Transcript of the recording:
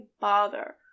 bother